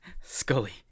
Scully